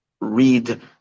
read